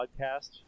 podcast